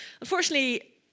unfortunately